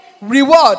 Reward